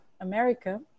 America